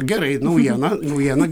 gerai naujiena naujiena